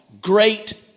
great